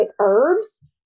herbs